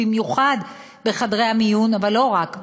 במיוחד בחדרי המיון אבל לא רק,